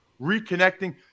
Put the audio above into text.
reconnecting